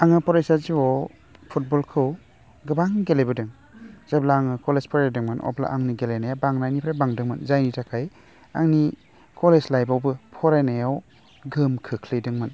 आङो फरायसा जिउआव फुटबलखौ गोबां गेलेबोदों जेब्ला आङो कलेज फरायदोंमोन अब्ला आंनि गेलेनाया बांनायनिफ्राय बांदोंमोन जायनि थाखाय आंनि कलेज लाइफावबो फरायनायाव गोहोम खोख्लैदोंमोन